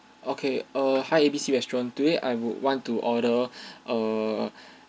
okay err hi a b c restaurant today I would want to order err